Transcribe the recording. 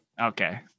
Okay